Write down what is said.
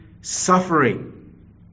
suffering